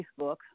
Facebook